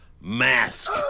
mask